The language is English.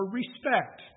respect